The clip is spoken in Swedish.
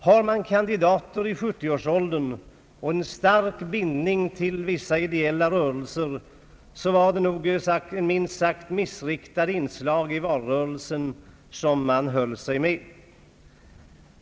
Har man kandidater i 70-årsåldern med en stark bindning till vissa ideella rörelser så var det minst sagt Allmänpolitisk debatt missriktade inslag i valrörelsen som man höll sig med.